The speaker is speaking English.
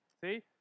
See